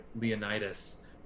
Leonidas